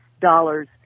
dollars